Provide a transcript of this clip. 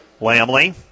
Lamley